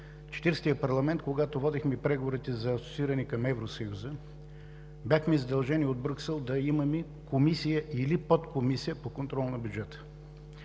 Четиридесетия парламент, когато водихме преговорите за асоцииране към Евросъюза, бяхме задължени от Брюксел да имаме комисия или подкомисия по контрол на бюджета.